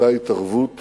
אותה התערבות